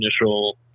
initial